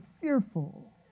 fearful